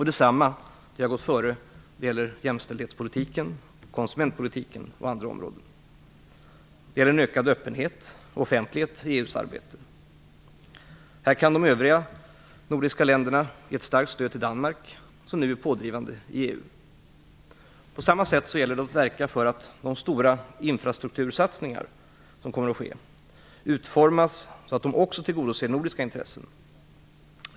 Detsamma gäller jämställdhets och konsumentpolitiken och andra områden. Det gäller en ökad öppenhet, offentlighet, i EU:s arbete. Här kan de övriga nordiska länderna ge ett starkt stöd till Danmark, som nu är pådrivande i EU. På samma sätt gäller det att verka för att de stora infrastruktursatsningar som kommer att ske utformas så att de också tillgodoser nordiska intressen.